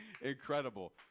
incredible